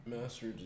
Master